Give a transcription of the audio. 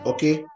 Okay